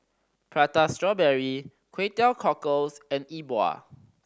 Prata Strawberry Kway Teow Cockles and E Bua